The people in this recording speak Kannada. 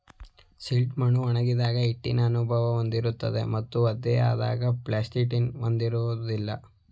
ಸಿಲ್ಟ್ ಮಣ್ಣು ಒಣಗಿದಾಗ ಹಿಟ್ಟಿನ ಅನುಭವ ಹೊಂದಿರುತ್ತದೆ ಮತ್ತು ಒದ್ದೆಯಾದಾಗ ಪ್ಲಾಸ್ಟಿಟಿನ ಹೊಂದಿರೋದಿಲ್ಲ